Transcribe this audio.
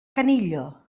canillo